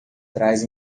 trás